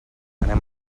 anem